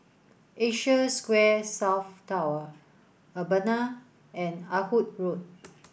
Asia Square South Tower Urbana and Ah Hood Road